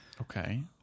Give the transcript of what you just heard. Okay